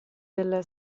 della